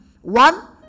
One